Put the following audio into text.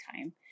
time